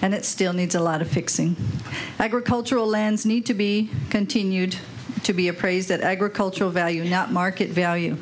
and it still needs a lot of fixing agricultural lands need to be continued to be appraised at agricultural value not market value